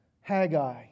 Haggai